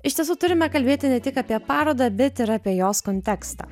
iš tiesų turime kalbėti ne tik apie parodą bet ir apie jos kontekstą